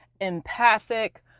empathic